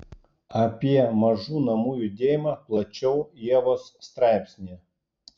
apie mažų namų judėjimą plačiau ievos straipsnyje